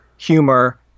humor